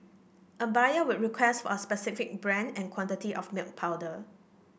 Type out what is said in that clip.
a buyer would request for a specific brand and quantity of milk powder